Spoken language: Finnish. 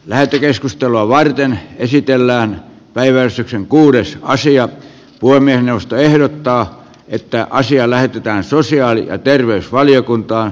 lähetekeskustelua varten esitellään päivää sitten kuudes asian puiminen puhemiesneuvosto ehdottaa että asia lähetetään sosiaali ja terveysvaliokuntaan